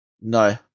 No